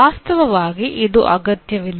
ವಾಸ್ತವವಾಗಿ ಇದು ಅಗತ್ಯವಿಲ್ಲ